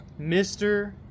Mr